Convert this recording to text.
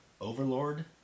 overlord